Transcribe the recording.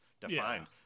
defined